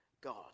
God